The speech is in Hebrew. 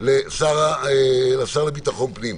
לשר לביטחון פנים,